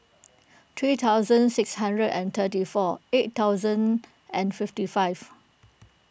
three thousand six hundred and thirty four eight thousand and fifty five